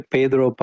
Pedro